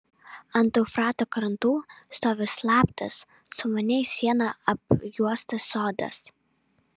ant eufrato krantų stovi slaptas sumaniai siena apjuostas sodas